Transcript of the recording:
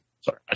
Sorry